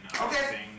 Okay